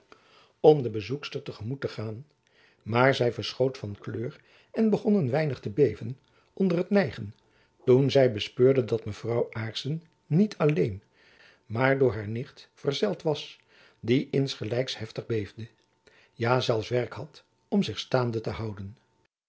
om de bezoekster te gemoet te gaan maar zy verschoot van kleur en begon een weinig te beven onder t nijgen toen zy bespeurde dat mevrouw aarssen niet alleen maar door haar nicht verzeld was die insgelijks heftig beefde ja zelfs werk had om zich staande te houden